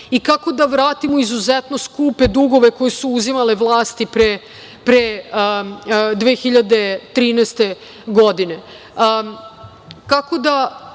i kako da vratimo izuzetno skupe dugove koje su uzimale vlasti pre 2013. godine,